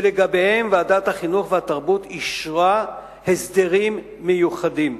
שלגביהן ועדת החינוך והתרבות אישרה הסדרים מיוחדים,